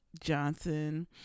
johnson